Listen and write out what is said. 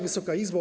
Wysoka Izbo!